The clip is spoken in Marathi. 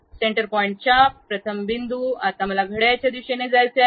सेंटर पॉईंट चाप प्रथम बिंदू चाप आता मला घड्याळाच्या दिशेने जायचे आहे